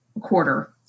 quarter